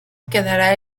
quedará